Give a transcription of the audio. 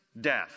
death